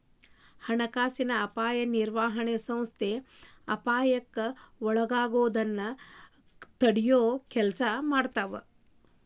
ಹಣಕಾಸಿನ ಅಪಾಯ ನಿರ್ವಹಣೆ ಸಂಸ್ಥೆ ಅಪಾಯಕ್ಕ ಒಳಗಾಗೋದನ್ನ ತಡಿಯೊ ಕೆಲ್ಸ ಮಾಡತ್ತ